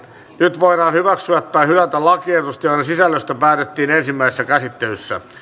nyt voidaan hyväksyä tai hylätä lakiehdotukset joiden sisällöstä päätettiin ensimmäisessä käsittelyssä